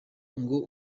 ngo